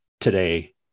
today